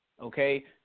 okay